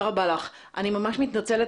אני ממש מתנצלת,